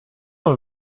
weil